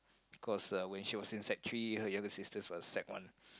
cause uh when she was in sec three her younger sisters were sec one